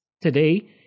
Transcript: Today